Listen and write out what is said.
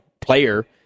player